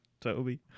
Toby